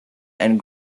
and